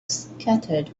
scattered